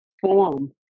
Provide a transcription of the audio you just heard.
form